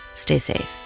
stay safe